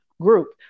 group